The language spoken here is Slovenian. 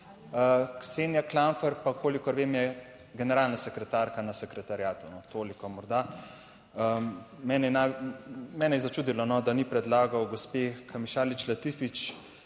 Ksenija Klampfer pa, kolikor vem, je generalna sekretarka na sekretariatu. Toliko morda. Mene je začudilo, da ni predlagal gospe Kamišalić Latifić,